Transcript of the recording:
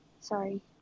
Sorry